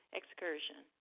excursion